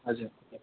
हजुर